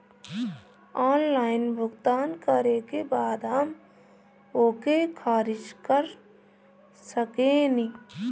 Online भुगतान करे के बाद हम ओके खारिज कर सकेनि?